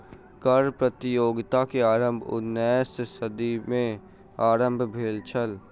कर प्रतियोगिता के आरम्भ उन्नैसम सदी में आरम्भ भेल छल